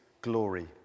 glory